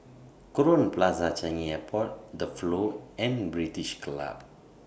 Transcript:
Crowne Plaza Changi Airport The Flow and British Club